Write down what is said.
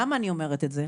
למה אני אומרת את זה?